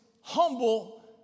humble